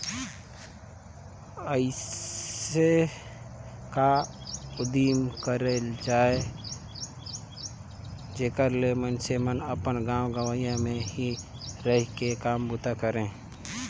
अइसे का उदिम करल जाए जेकर ले मइनसे मन अपन गाँव गंवई में ही रहि के काम बूता करें